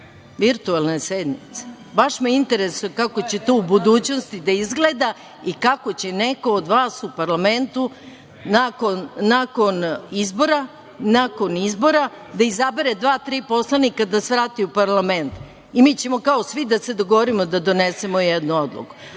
Virtuelne sednice? Baš me interesuje kako će to u budućnosti da izgleda i kako će neko od vas u parlamentu nakon izbora da izabere dva, tri poslanika da svrate u parlament i mi ćemo kao svi da se dogovorimo da donesemo jednu odluku. Nisam